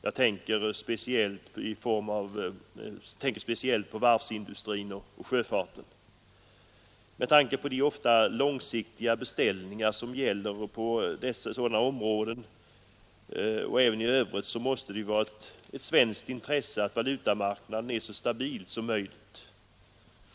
Jag tänker speciellt på varvsindustrin och sjöfarten. Med tanke på de ofta långsiktiga beställningar som gäller på sådana områden och även i övrigt måste det vara ett svenskt intresse att valutamarknaden är så stabil som möjligt.